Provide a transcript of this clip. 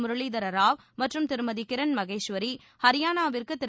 முரளிதர ராவ் மற்றும் திருமதி கிரண் மகேஸ்வரி ஹரியானாவிற்கு திரு